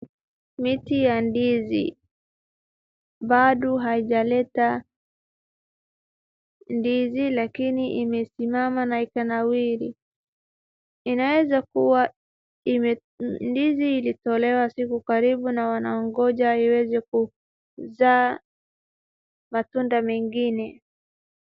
Miti ya ndizi bado haijaletea ndizi lakini imesimama na ikanawiri. Inaweza kuwa ndizi ilitolewa siku karibu na wanaongoja iweze kuzaa matunda mengine.